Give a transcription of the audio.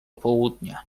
południa